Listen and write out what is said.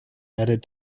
edited